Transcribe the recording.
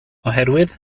oherwydd